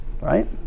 right